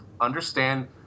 understand